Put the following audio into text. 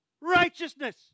righteousness